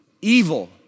evil